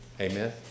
Amen